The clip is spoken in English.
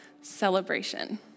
celebration